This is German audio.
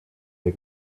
der